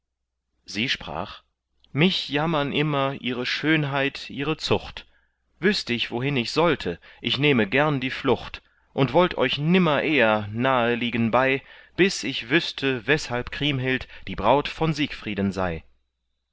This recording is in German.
sie sprach mich jammern immer ihre schönheit ihre zucht wüßt ich wohin ich sollte ich nähme gern die flucht und wollt euch nimmer eher nahe liegen bei bis ich wüßte weshalb kriemhild die braut von siegfrieden sei